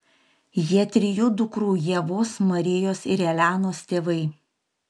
jie trijų dukrų ievos marijos ir elenos tėvai